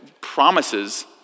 promises